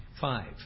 Five